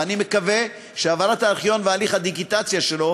ואני מקווה שהעברת הארכיון והליך הדיגיטציה שלו